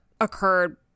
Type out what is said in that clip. occurred